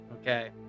Okay